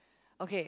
okay